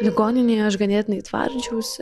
ligoninėje aš ganėtinai tvardžiausi